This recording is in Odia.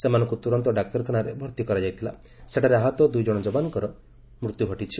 ସେମାନଙ୍କୁ ତୁରନ୍ତ ଡାକ୍ତରଖାନାରେ ଭର୍ତ୍ତି କରାଯାଇଥିଲା ସେଠାରେ ଆହତ ଦୁଇଜଣ ଯବାନଙ୍କର ମୃତ୍ୟୁ ଘଟିଛି